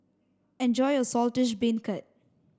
enjoy your Saltish Beancurd